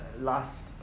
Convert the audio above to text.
last